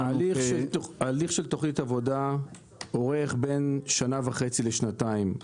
הליך של תוכנית עבודה אורך בין שנה וחצי לשנתיים.